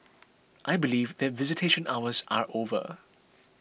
I believe that visitation hours are over